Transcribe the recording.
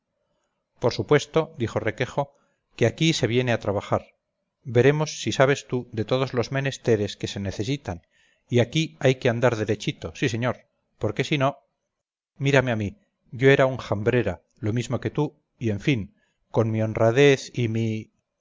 por supuesto dijo requejo que aquí se viene a trabajar veremos si sabes tú de todos los menesteres que se necesitan y aquí hay que andar derechito sí señor porque sino mírame a mí yo era un jambrera lo mismo que tú y en fin con mi honradez y mi